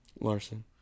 Larson